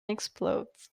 explodes